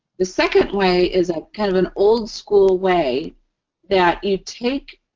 the second way is a kind of an old-school way that you take,